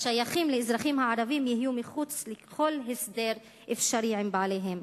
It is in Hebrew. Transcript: השייכים לאזרחים הערבים יהיו מחוץ לכל הסדר אפשרי עם בעליהם.